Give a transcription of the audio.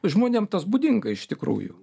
žmonėm tas būdinga iš tikrųjų